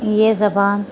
یہ زبان